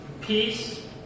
peace